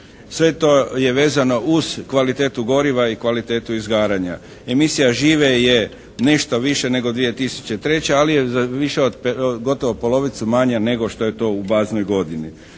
Sve to je vezano uz kvalitetu goriva i kvalitetu izgaranja. Emisija žive je nešto viša nego 2003. ali je za više od gotovo polovicu manja nego što je to u baznoj godini.